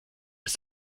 ist